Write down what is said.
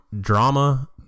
drama